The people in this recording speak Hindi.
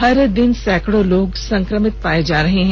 हर दिन सैकड़ों लोग संक्रमित पाए जा रहे हैं